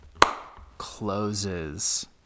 closes